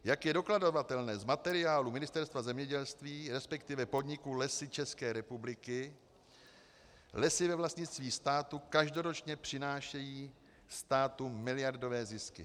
Jak je dokladovatelné z materiálu Ministerstva zemědělství, resp. podniku Lesy České republiky, lesy ve vlastnictví státu každoročně přinášejí státu miliardové zisky.